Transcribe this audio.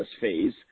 phase